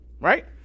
right